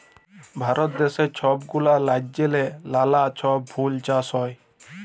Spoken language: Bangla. ভারত দ্যাশে ছব গুলা রাজ্যেল্লে লালা ছব ফুল চাষ হ্যয়